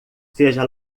seja